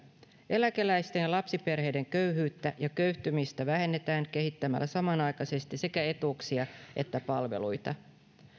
eläkeläisten ja lapsiperheiden köyhyyttä ja köyhtymistä vähennetään kehittämällä samanaikaisesti sekä etuuksia että palveluita